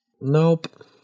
Nope